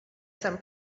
some